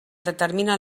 determina